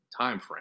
timeframe